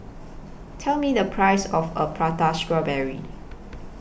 Tell Me The Price of A Prata Strawberry